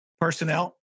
personnel